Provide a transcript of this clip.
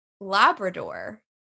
Labrador